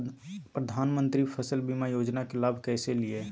प्रधानमंत्री फसल बीमा योजना के लाभ कैसे लिये?